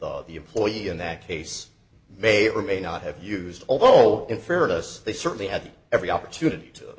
of the employee in that case may or may not have used although in fairness they certainly had every opportunity to